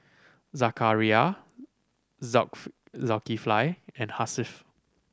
Zakaria Zulkifli and Hasif